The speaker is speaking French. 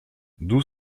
d’où